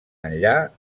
enllà